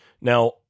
Now